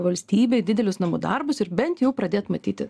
valstybei didelius namų darbus ir bent jau pradėt matyti